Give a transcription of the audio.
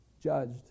judged